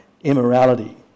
immorality